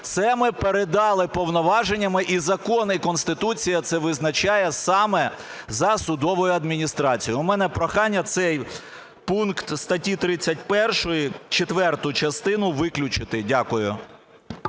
Це ми передали повноваженнями, і закон, і Конституція це визначає саме за судовою адміністрацією. У мене прохання, цей пункт статті 31 четверту частину виключити. Дякую.